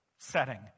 setting